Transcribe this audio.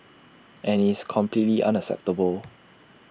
and it's completely unacceptable